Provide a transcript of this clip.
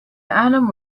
أعلم